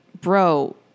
bro